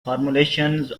formulation